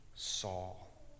Saul